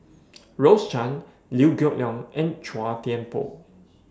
Rose Chan Liew Geok Leong and Chua Thian Poh